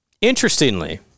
Interestingly